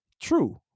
true